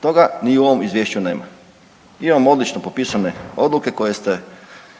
toga i u ovom izvješću nema. Imamo odlično popisane odluke koje ste